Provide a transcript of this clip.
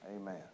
Amen